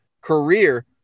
career